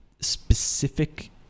specific